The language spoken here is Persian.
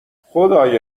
خدای